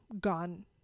gone